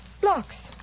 blocks